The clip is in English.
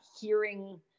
hearing